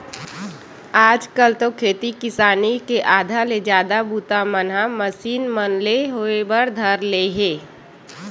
आज कल तो खेती किसानी के आधा ले जादा बूता मन ह मसीन मन ले होय बर धर ले हे